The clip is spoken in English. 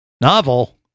Novel